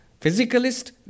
Physicalist